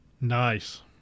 Nice